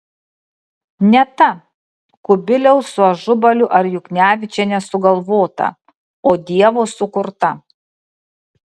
ne ta kubiliaus su ažubaliu ar juknevičiene sugalvota o dievo sukurta